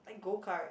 like go kart